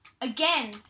again